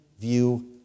view